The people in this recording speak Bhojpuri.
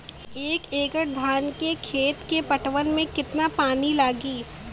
एक एकड़ धान के खेत के पटवन मे कितना पानी लागि?